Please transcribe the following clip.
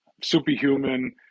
superhuman